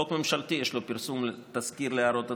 חוק ממשלתי, יש לו פרסום תזכיר להערות הציבור,